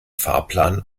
fahrplan